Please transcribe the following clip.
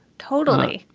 totally.